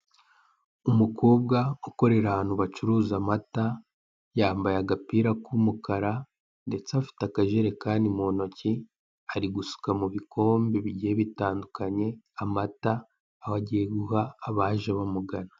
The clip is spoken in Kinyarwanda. Umukobwa ukorera ahantu bacuruza amata yambaye agapira k'umukara ndetse afite akajerekani mu ntoki ari gusuka mu bikombe bigiye bitandukanye amata aho agiye guha abaje bamugana.